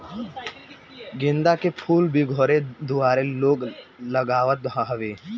गेंदा के फूल भी घरे दुआरे लोग लगावत हवे